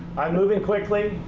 i'm moving quickly.